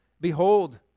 Behold